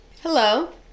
hello